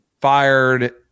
fired